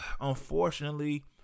unfortunately